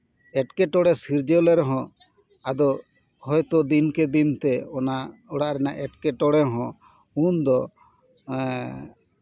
ᱮᱴᱠᱮᱴᱚᱬᱮ ᱥᱤᱨᱡᱟᱹᱣ ᱞᱮᱱ ᱨᱮᱦᱚᱸ ᱟᱫᱚ ᱦᱚᱭᱛᱚ ᱫᱤᱱᱠᱮ ᱫᱤᱱ ᱛᱮ ᱚᱱᱟ ᱚᱲᱟᱜ ᱨᱮᱱᱟᱜ ᱮᱴᱠᱮᱴᱚᱬᱮ ᱦᱚᱸ ᱩᱱᱫᱚ